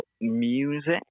Music